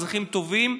אזרחים טובים.